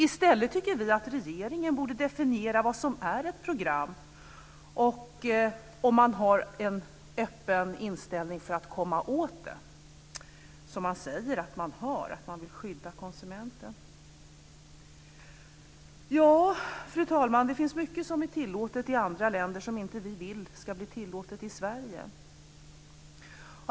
I stället tycker vi att regeringen borde definiera vad som är ett program, om man har en öppen inställning för att komma åt detta, som man säger att man har, och man vill skydda konsumenten. Ja, fru talman, det finns mycket som är tillåtet i andra länder som inte vi vill ska bli tillåtet i Sverige.